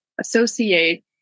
associate